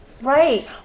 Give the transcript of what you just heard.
Right